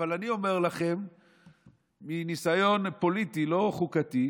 אבל אני אומר לכם מניסיון פוליטי, לא חוקתי,